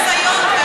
זה הביזיון,